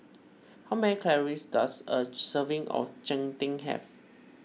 how many calories does a serving of Cheng Tng have